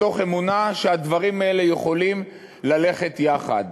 מתוך אמונה שהדברים האלה יכולים ללכת יחד.